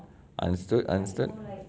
understood understood